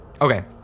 Okay